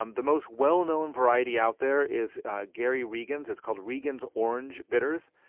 um the most well-known variety out there is ah gary regan's it's called regan's orange bitters.